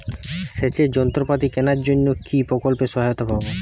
সেচের যন্ত্রপাতি কেনার জন্য কি প্রকল্পে সহায়তা পাব?